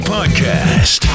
Podcast